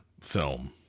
film